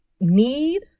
need